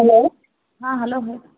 hello ಹಾಂ hello ಹೇ